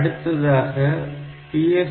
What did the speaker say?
அடுத்ததாக PSW